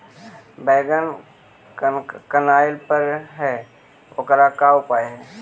बैगन कनाइल फर है ओकर का उपाय है?